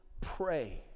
pray